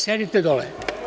Sedite dole.